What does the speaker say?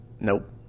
Nope